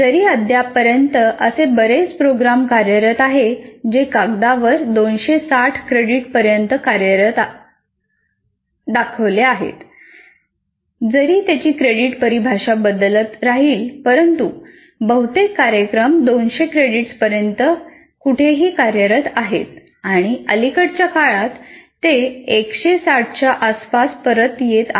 जरी अद्यापपर्यंत असे बरेच प्रोग्राम कार्यरत आहेत जे कागदावर 260 क्रेडिट पर्यंत कार्यरत आहेत जरी त्यांची क्रेडिट परिभाषा बदलत राहील परंतु बहुतेक कार्यक्रम 200 क्रेडिट्स पर्यंत कुठेही कार्यरत आहेत आणि अलीकडच्या काळात ते 160 च्या आसपास परत येत आहेत